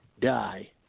die